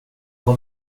har